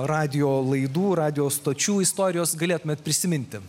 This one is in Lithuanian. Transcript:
radijo laidų radijo stočių istorijos galėtumėt prisiminti